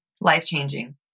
Life-changing